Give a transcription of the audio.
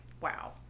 wow